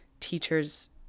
Teachers